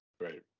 Right